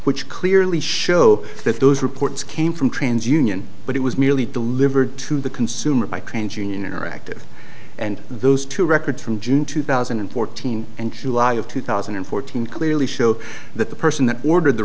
which clearly show that those reports came from trans union but it was merely delivered to the consumer by trans union interactive and those two records from june two thousand and fourteen and july of two thousand and fourteen clearly show that the person that ordered the